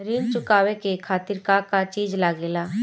ऋण चुकावे के खातिर का का चिज लागेला?